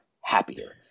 happier